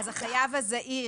החייב הזעיר